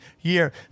year